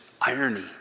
irony